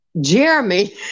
Jeremy